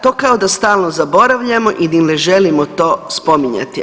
To kao da stalno zaboravljamo ili ne želimo to spominjati.